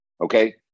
okay